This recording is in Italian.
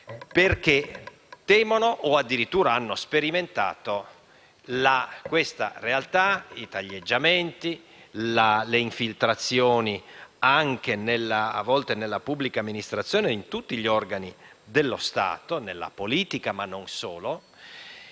perché temono, o addirittura hanno sperimentato, la realtà dei taglieggiamenti, delle infiltrazioni, a volte anche nella pubblica amministrazione e in tutti gli organi dello Stato (nella politica, ma non solo),